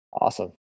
Awesome